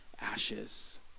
ashes